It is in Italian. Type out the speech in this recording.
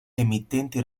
emittenti